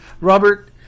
Robert